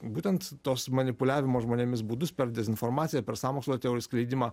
būtent tuos manipuliavimo žmonėmis būdus per dezinformaciją per sąmokslo teorijų skleidimą